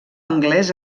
anglés